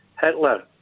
Hitler